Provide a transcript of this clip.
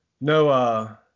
no